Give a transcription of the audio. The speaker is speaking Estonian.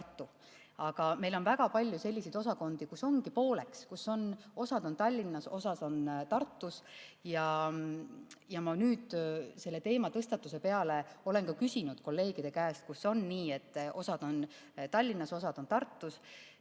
Aga meil on väga palju selliseid osakondi, kus ongi pooleks: osad on Tallinnas, osad on Tartus. Ma nüüd selle teema tõstatamise peale olen küsinud kolleegide käest, kas on nii, et kui osad on Tallinnas ja osad on Tartus,